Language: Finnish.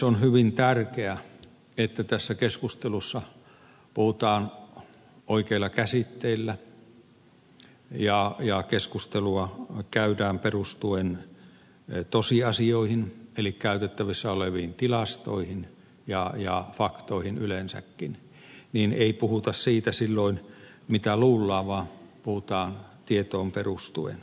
on hyvin tärkeää että tässä keskustelussa puhutaan oikeilla käsitteillä ja keskustelua käydään perustuen tosiasioihin eli käytettävissä oleviin tilastoihin ja faktoihin yleensäkin silloin ei puhuta siitä mitä luullaan vaan puhutaan tietoon perustuen